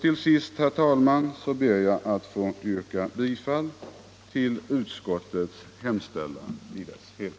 Till sist, herr talman, ber jag att få yrka bifall till vad utskottet hemställt på alla punkter.